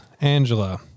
Angela